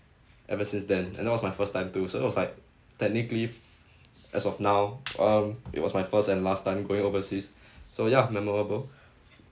ever since then and that was my first time too so it was like technically f~ as of now um it was my first and last time going overseas so ya memorable